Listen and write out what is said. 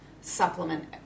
supplement